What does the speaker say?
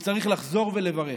הוא צריך לחזור ולברך.